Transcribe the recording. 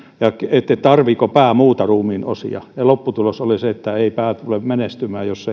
että tarvitseeko pää muita ruumiinosia lopputulos oli se että pää ei tule menestymään jos